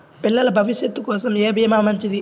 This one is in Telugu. పిల్లల భవిష్యత్ కోసం ఏ భీమా మంచిది?